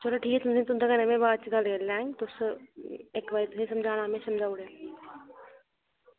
चलो ठीक ऐ तुन्द तुंदे कन्नै में बाद च गल्ल करी लैंग तुस इस बारी तुसें समझाना मैं समझाई ऊड़ेआ